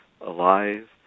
alive